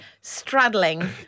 straddling